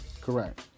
Correct